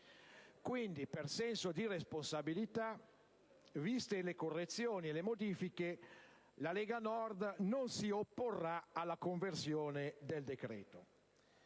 Quindi, per senso di responsabilità, viste le correzioni e le modifiche, la Lega Nord non si opporrà alla conversione del decreto.